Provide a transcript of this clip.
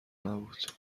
نبود